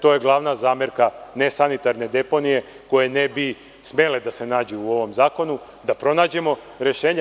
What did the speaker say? To je glavna zamerka nesanitarne deponije koja ne bi smele da se nađu u ovom zakonu, da pronađemo rešenja.